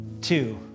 two